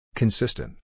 Consistent